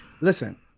Listen